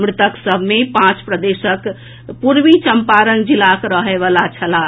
मृतक सभ मे पांच प्रदेशक पूर्वी चम्परण जिलाक रहयवला छलाह